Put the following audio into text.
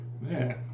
Man